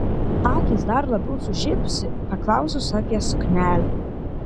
akys dar labiau sužibsi paklausus apie suknelę